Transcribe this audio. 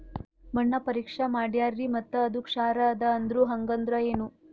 ಮಣ್ಣ ಪರೀಕ್ಷಾ ಮಾಡ್ಯಾರ್ರಿ ಮತ್ತ ಅದು ಕ್ಷಾರ ಅದ ಅಂದ್ರು, ಹಂಗದ್ರ ಏನು?